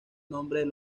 nombres